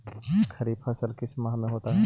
खरिफ फसल किस माह में होता है?